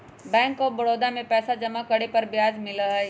bank of Baroda में पैसा जमा करे पर ब्याज मिला हई